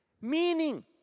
Meaning